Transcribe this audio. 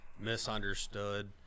misunderstood